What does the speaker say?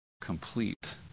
complete